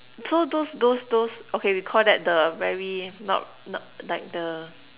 so those those those okay we Call that the very not not like the